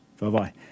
Bye-bye